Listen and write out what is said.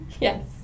Yes